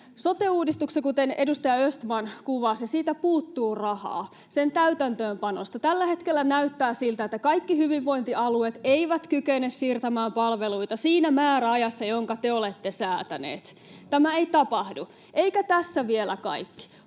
Sote-uudistuksesta, kuten edustaja Östman kuvasi, puuttuu rahaa täytäntöönpanosta. Tällä hetkellä näyttää siltä, että kaikki hyvinvointialueet eivät kykene siirtämään palveluita siinä määräajassa, jonka te olette säätäneet. Tämä ei tapahdu. Eikä tässä vielä kaikki.